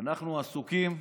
אנחנו עסוקים,